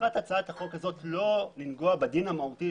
מטרת הצעת החוק אינה לנגוע בדין המהותי